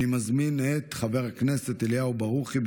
אני מזמין את חבר הכנסת אליהו ברוכי,